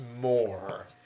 more